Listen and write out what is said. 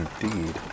indeed